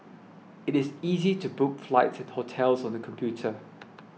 it is easy to book flights and hotels on the computer